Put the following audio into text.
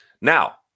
Now